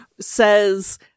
says